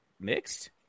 mixed